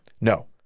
no